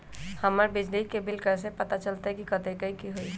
हमर बिजली के बिल कैसे पता चलतै की कतेइक के होई?